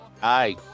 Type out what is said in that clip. Hi